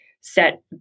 set